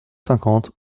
cinquante